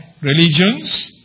religions